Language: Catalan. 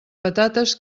patates